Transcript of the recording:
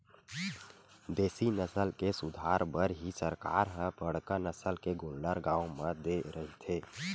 देसी नसल के सुधार बर ही सरकार ह बड़का नसल के गोल्लर गाँव म दे रहिथे